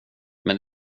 men